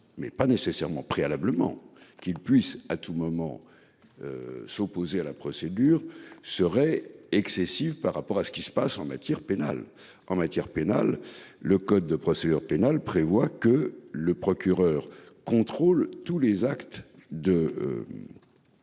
mais pas nécessairement préalablement qu'il puisse à tout moment. S'opposer à la procédure serait excessif par rapport à ce qui se passe en matière pénale, en matière pénale, le code de procédure pénale prévoit que le procureur contrôle tous les actes de.